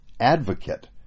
advocate